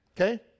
Okay